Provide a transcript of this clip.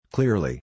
Clearly